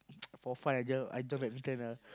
for fun I join I join badminton lah